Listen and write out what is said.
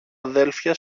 αδέλφια